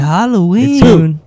Halloween